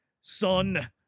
son